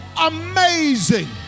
amazing